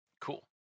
Cool